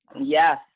yes